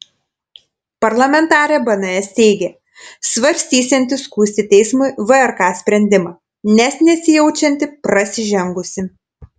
parlamentarė bns teigė svarstysianti skųsti teismui vrk sprendimą nes nesijaučianti prasižengusi